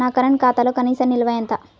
నా కరెంట్ ఖాతాలో కనీస నిల్వ ఎంత?